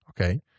okay